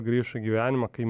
grįš į gyvenimą kai